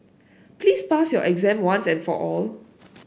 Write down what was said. please pass your exam once and for all